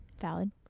Valid